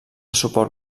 suport